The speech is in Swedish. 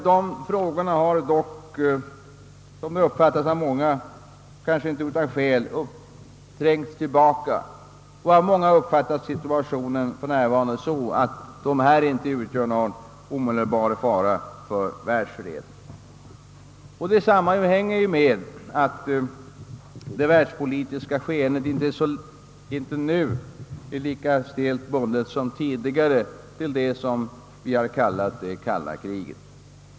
De frågorna trängs nu tillbaka och uppfattas av många som inte så farliga för världsfreden för närvarande. Detta sammanhänger med att det världspolitiska skeendet inte längre är lika stelt bundet till det kalla kriget.